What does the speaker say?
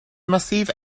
massive